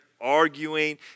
arguing